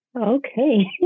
okay